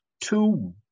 two